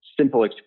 simple